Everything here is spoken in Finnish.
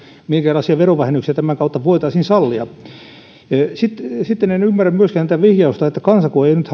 minkälaisia verovähennyksiä tämän kautta voitaisiin sallia sitten sitten en ymmärrä myöskään tätä vihjausta että kansako ei nyt